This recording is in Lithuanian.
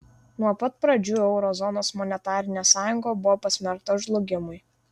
nuo pat pradžių euro zonos monetarinė sąjunga buvo pasmerkta žlugimui